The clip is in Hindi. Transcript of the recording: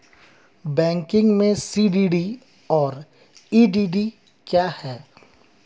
बैंकिंग में सी.डी.डी और ई.डी.डी क्या हैं?